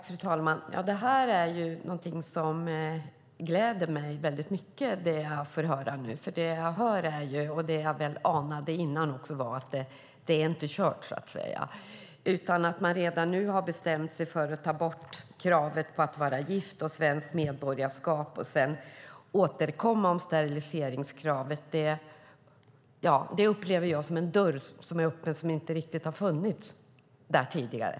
Fru talman! Det jag får höra nu är någonting som gläder mig väldigt mycket. Det jag hör, och det jag väl anade innan också, är att det inte är kört. Man har redan nu bestämt sig för att ta bort kraven på att vara gift och att ha svenskt medborgarskap för att sedan återkomma om steriliseringskravet. Det upplever jag som en dörr som inte riktigt har funnits där tidigare.